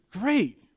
great